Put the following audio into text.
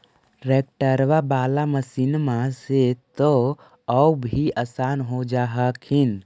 ट्रैक्टरबा बाला मसिन्मा से तो औ भी आसन हो जा हखिन?